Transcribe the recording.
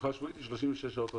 מנוחה שבועית היא 36 שעות רצוף.